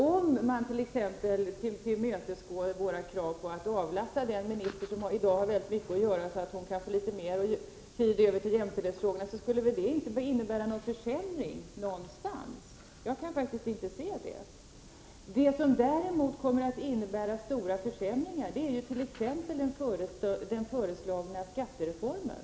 Om man t.ex. tillmötesgår våra krav på att avlasta den minister som i dag har väldigt mycket att göra, så att hon kan få litet mer tid över till jämställdhetsfrågorna, så skulle väl inte det innebära någon försämring någonstans? Jag kan faktiskt inte inse att det skulle vara fallet. Det som däremot kommer att innebära stora försämringar är t.ex. den föreslagna skattereformen.